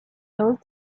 those